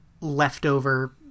leftover